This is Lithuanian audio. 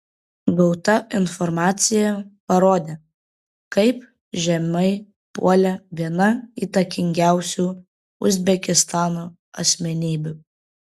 gauta informacija parodė kaip žemai puolė viena įtakingiausių uzbekistano asmenybių